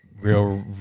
real